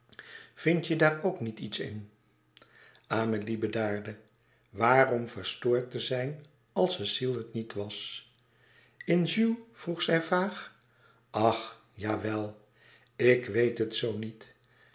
vindt je daar ook niet iets in amélie bedaarde waarom verstoord te zijn als cecile het niet was in jules vroeg zij vaag ach ja jawel ik weet het zoo niet